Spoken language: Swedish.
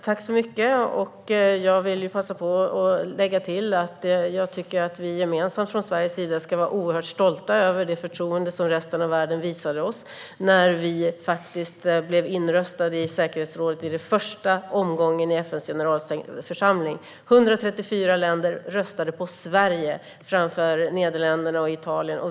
Herr talman! Jag vill passa på att lägga till att vi gemensamt från Sveriges sida ska vara oerhört stolta över det förtroende som resten av världen visade oss när Sverige blev inröstat i säkerhetsrådet i den första omgången i FN:s generalförsamling. 134 länder röstade på Sverige framför Nederländerna och Italien.